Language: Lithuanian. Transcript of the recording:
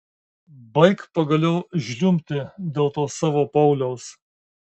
baik pagaliau žliumbti dėl to savo pauliaus